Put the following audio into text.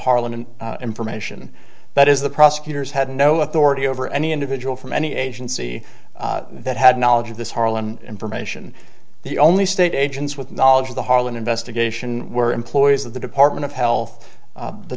harlem and information that is the prosecutors had no authority over any individual from any agency that had knowledge of this harlan information the only state agents with knowledge of the harland investigation were employees of the department of health